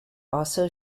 also